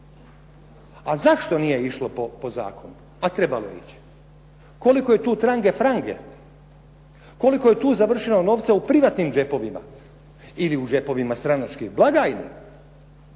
A zašto nije išlo po zakonu, a trebalo je ići. Koliko je tu tange frange, koliko je tu novca završilo u privatnim džepovima ili u džepovima stranačkih blagajni?